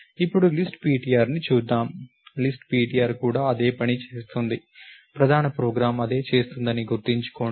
ఇప్పుడు లిస్ట్ ptrని చూద్దాం లిస్ట్ ptr కూడా అదే పని చేస్తుంది ప్రధాన ప్రోగ్రామ్ అదే చేస్తుందని గుర్తుంచుకోండి